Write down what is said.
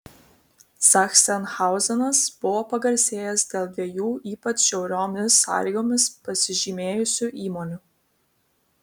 zachsenhauzenas buvo pagarsėjęs dėl dviejų ypač žiauriomis sąlygomis pasižymėjusių įmonių